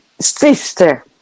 sister